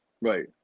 Right